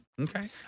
Okay